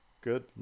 good